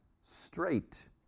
straight